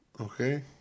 Okay